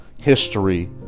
history